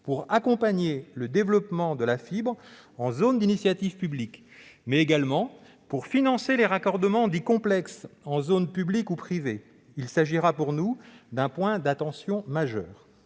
à accompagner le déploiement de la fibre en zone d'initiative publique, mais également à financer les raccordements dits « complexes » en zone publique ou privée. Il s'agira pour nous d'un point de vigilance